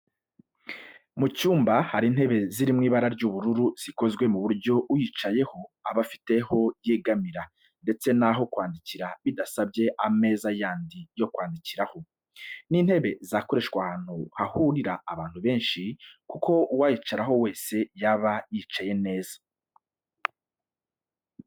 Mu cyumba hari ntebe ziri mu ibara ry'ubururu zikozwe ku buryo uyicayeho aba afite aho yegamira ndetse n'aho kwandikira bidasabye ameza yandi yo kwandikiraho. Ni intebe zakoreshwa ahantu hahuriye abantu benshi kuko uwayicaraho wese yaba yicaye neza.